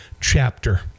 chapter